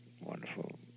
wonderful